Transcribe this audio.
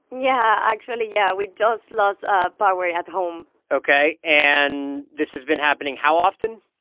yeah. actually, yeah, we've just lost ah power at home ok. and this has been happening how often?